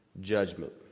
judgment